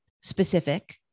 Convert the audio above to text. specific